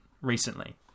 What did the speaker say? recently